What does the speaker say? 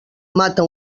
mata